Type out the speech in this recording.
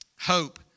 Hope